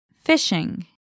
Fishing